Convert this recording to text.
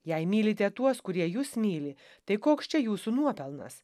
jei mylite tuos kurie jus myli tai koks čia jūsų nuopelnas